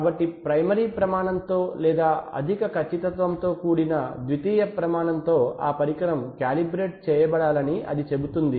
కాబట్టి ప్రైమరీ ప్రమాణంతో లేదా అధిక ఖచ్చితత్వంతో కూడిన ద్వితీయ ప్రమాణంతో ఆ పరికరం కాలిబ్రేట్ చేయబడాలని అది చెబుతుంది